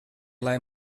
lai